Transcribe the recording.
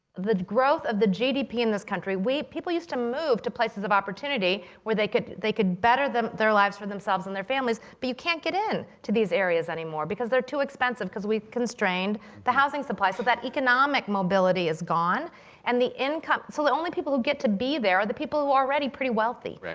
the growth of the gdp in this country people used to move to places of opportunity where they could they could better their lives for themselves and their families, but you can't get in to these areas anymore, because they're too expensive, because we've constrained the housing supply. so that economic mobility is gone and the income so the only people who get to be there are the people who are already pretty wealthy.